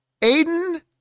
Aiden